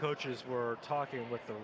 coaches were talking with the